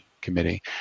Committee